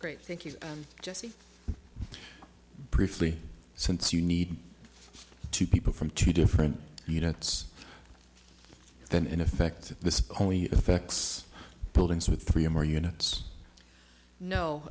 great thank you and just briefly since you need two people from two different units then in effect this only affects buildings with three or more units